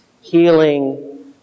healing